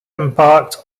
embarked